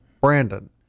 brandon